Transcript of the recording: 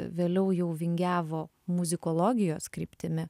vėliau jau vingiavo muzikologijos kryptimi